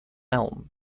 elm